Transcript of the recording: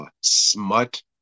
smut